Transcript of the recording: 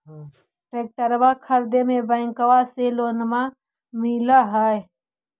ट्रैक्टरबा खरीदे मे बैंकबा से लोंबा मिल है?